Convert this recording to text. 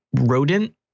rodent